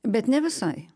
bet ne visai